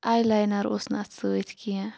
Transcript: I liner اوس نہٕ اتھ سۭتۍ کیٚنٛہہ